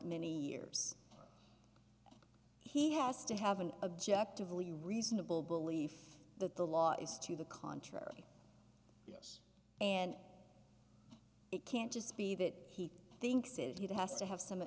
many years he has to have an objective really reasonable belief that the law is to the contrary and it can't just be that he thinks it has to have some